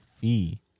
fee